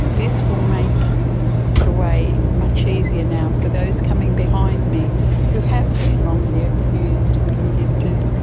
this will make the way much easier now for those coming behind me who have been wrongly accused and convicted,